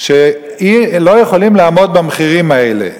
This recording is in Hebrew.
שלא יכולות לעמוד במחירים האלה.